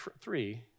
three